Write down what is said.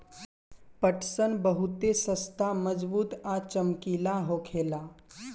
पटसन बहुते सस्ता मजबूत आ चमकीला होखेला